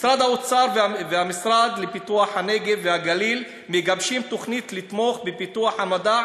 משרד האוצר והמשרד לפיתוח הנגב והגליל מגבשים תוכנית לתמוך בפיתוח המדע